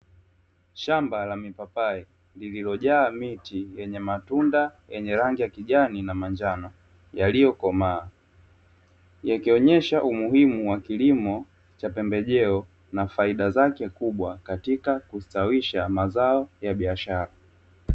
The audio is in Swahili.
Shamba la mipapai lililojaa miti yenye matunda yenye rangi ya kijani na njano yaliyokomaa yakionesha umuhimu wa kilimo cha pembejeo na faida zake kubwa katika kustawisha mazo ya biashara.